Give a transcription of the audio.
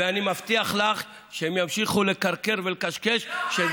ואני מבטיח לך שהם ימשיכו לקרקר ולקשקש.